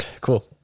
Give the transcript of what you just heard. Cool